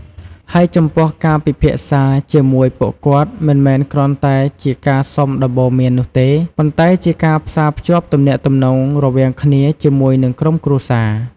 ហើយចំពោះការពិភាក្សាជាមួយពួកគាត់មិនមែនគ្រាន់តែជាការសុំដំបូន្មាននោះទេ ប៉ុន្តែជាការផ្សារភ្ជាប់ទំនាក់ទំនងរវាងគ្នាជាមួយនិងក្រុមគ្រួរសារ។